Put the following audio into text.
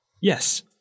Yes